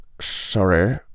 sorry